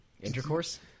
Intercourse